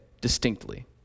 distinctly